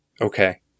Okay